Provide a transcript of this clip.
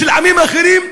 של עמים אחרים,